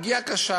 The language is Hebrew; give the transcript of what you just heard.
פגיעה קשה,